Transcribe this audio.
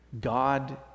God